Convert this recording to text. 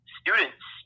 students